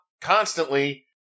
constantly